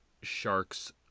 Sharks